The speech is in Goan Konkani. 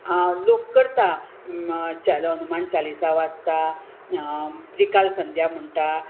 लोक करता हनुमान चालीसा वाचता त्रिकाल संध्या म्हणटा